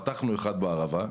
פתחנו אחד בערבה.